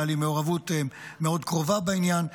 הייתה לי מעורבות מאוד קרובה בעניין,